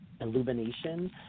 illumination